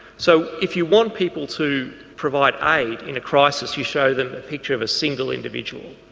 so if you want people to provide aid in a crisis you show them a picture of a single individual.